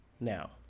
now